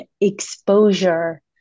exposure